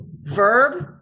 verb